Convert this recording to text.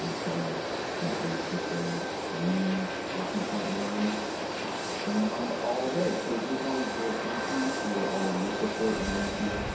and so that was just a ringing talking point in my in my mind all day, so just wanted to say thank you for all of your support in olympia.